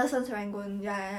and um